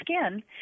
skin